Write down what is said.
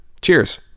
Cheers